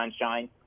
sunshine